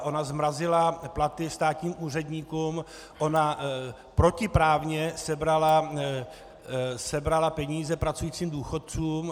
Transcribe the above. Ona zmrazila platy státních úředníků, ona protiprávně sebrala peníze pracujícím důchodcům.